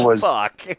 fuck